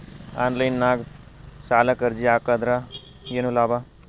Online ನಾಗ್ ಸಾಲಕ್ ಅರ್ಜಿ ಹಾಕದ್ರ ಏನು ಲಾಭ?